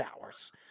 hours